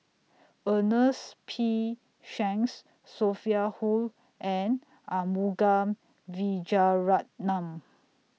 Ernest P Shanks Sophia Hull and Arumugam Vijiaratnam